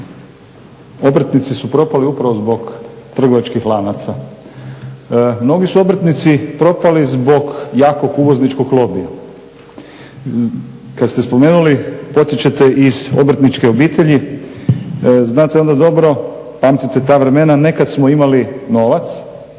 obrtnici su propali upravo zbog trgovačkih lanaca. Mnogi su obrtnici propali zbog jakog uvozničkog lobija. Kad ste spomenuli, potičete iz obrtničke obitelji, znate onda dobro, pamtite ta vremena, nekad smo imali novac,